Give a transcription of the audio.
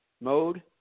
Mode